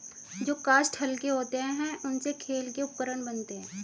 जो काष्ठ हल्के होते हैं, उनसे खेल के उपकरण बनते हैं